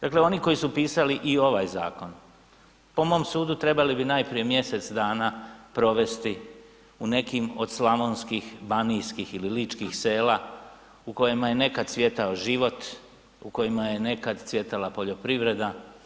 Dakle, oni koji su pisali i ovaj zakon, po mom sudu trebali bi najprije mjesec dana provesti u nekim od slavonskih, banijskih ili ličkih sela u kojima je nekad cvjetao život, u kojima je nekad cvjetala poljoprivreda.